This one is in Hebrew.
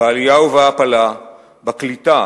בעלייה ובהעפלה, בקליטה,